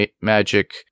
magic